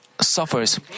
suffers